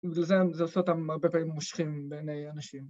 ובגלל זה זה עושה אותם הרבה פעמים מושכים בעיני אנשים.